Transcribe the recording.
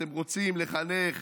אתם רוצים לחנך